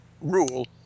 rule